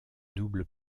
double